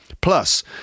Plus